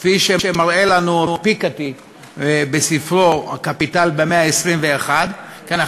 כפי שמראה לנו פיקטי בספרו "הקפיטל במאה ה-21" כן,